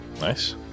Nice